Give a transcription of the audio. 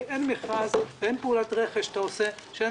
כי אין מכרז ואין פעולת רכש שאתה עושה שאין